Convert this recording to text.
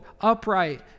upright